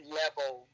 level